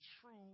true